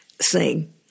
sing